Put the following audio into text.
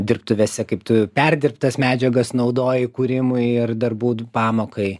dirbtuvėse kaip tu perdirbtas medžiagas naudoji kūrimui ar darbų pamokai